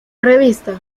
revista